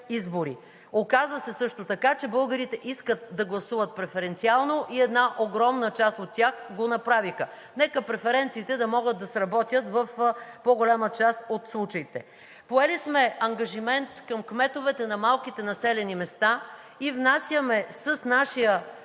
Оказа се също така, че българите искат да гласуват преференциално и една огромна част от тях го направиха. Нека преференциите да могат да сработят в по-голяма част от случаите. Поели сме ангажимент към кметовете на малките населени места и с нашия